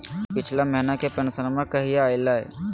पिछला महीना के पेंसनमा कहिया आइले?